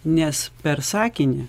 nes per sakinį